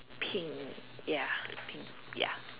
pink ya pink ya